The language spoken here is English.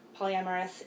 polyamorous